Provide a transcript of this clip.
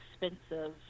expensive